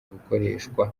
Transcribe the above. gukoreshwa